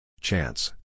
Chance